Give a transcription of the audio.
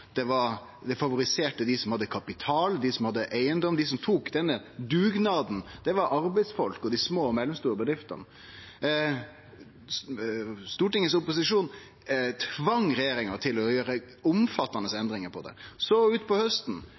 det var for seint, det varte for kort, det favoriserte dei som hadde kapital, dei som hadde eigedom. Dei som tok denne dugnaden, var arbeidsfolk og dei små og mellomstore bedriftene. Stortingets opposisjon tvang regjeringa til å gjere omfattande endringar på det. Så utpå hausten